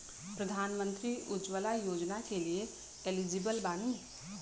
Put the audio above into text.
प्रधानमंत्री उज्जवला योजना के लिए एलिजिबल बानी?